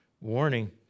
warning